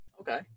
Okay